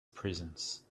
presence